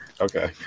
Okay